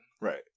Right